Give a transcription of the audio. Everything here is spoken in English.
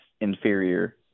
inferior